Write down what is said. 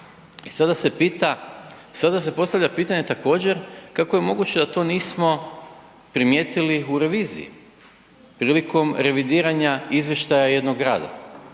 da se postavlja pitanje također, kako je moguće da to nismo primijetili u reviziji prilikom revidiranja izvještaja jednog grada?